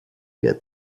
get